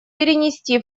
перенести